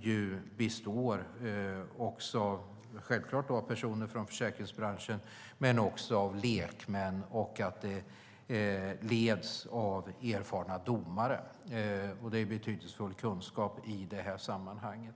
ju består av personer från försäkringsbranschen men också av lekmän och leds av erfarna domare. Det är betydelsefull kunskap i det här sammanhanget.